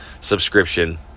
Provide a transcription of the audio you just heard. subscription